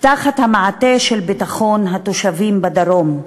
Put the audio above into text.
תחת המעטה של ביטחון התושבים בדרום,